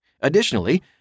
Additionally